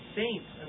saints